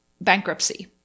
bankruptcy